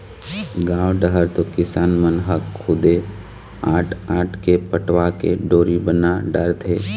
गाँव डहर तो किसान मन ह खुदे आंट आंट के पटवा के डोरी बना डारथे